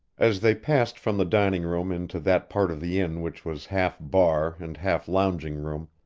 as they passed from the dining-room into that part of the inn which was half bar and half lounging-room,